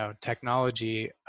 technology